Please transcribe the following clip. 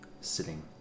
sitting